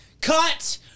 cut